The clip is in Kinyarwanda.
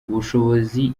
ubushobozi